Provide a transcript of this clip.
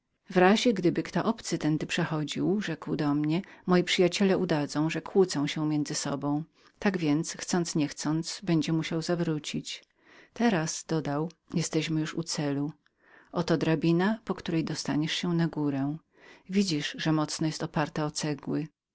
w razie gdyby kto obcy tędy przechodził rzekł do mnie moi przyjaciele udadzą że kłócą się między sobą tak więc chcąc nie chcąc będzie musiał zawrócić teraz dodał jesteśmy już u celu oto drabina po której dostaniesz się na górę widzisz że mocno jest opartą o cegły